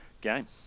game